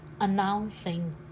Announcing